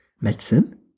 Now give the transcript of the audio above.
medicine